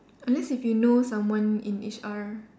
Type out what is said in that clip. unless if you know someone in H_R